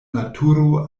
naturo